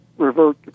revert